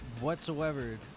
whatsoever